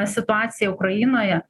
situacija ukrainoje